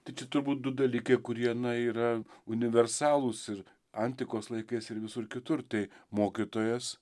tai čia turbūt du dalykai kurie na yra universalūs ir antikos laikais ir visur kitur tai mokytojas